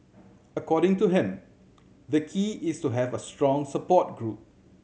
according to him the key is to have a strong support group